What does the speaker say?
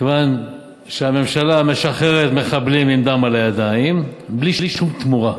כיוון שהממשלה משחררת מחבלים עם דם על הידיים בלי שום תמורה.